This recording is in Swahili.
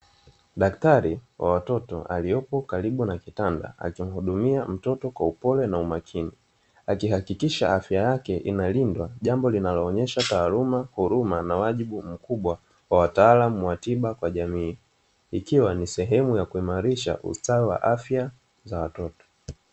Daktari wa watoto aliyepo karibu na kitanda akimuhudumia mtoto kwa upole na umakini akihakikisha afya yake inalindwa jambo linaloonesha taaluma, huruma na wajibu mkubwa kwa wataalamu wa tiba kwa jamii ikiwa ni sehemu ya kuimarisha ustawi wa afya kwa jamii.